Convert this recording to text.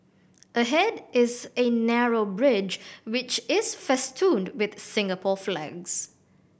ahead is a narrow bridge which is festooned with Singapore flags